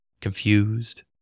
confused